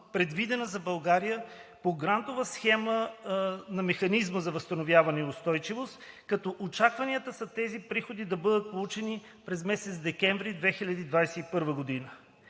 предвидена за България по грантовата схема на Механизма за възстановяване и устойчивост, като очакванията са тези приходи да бъдат получени през месец декември 2021 г.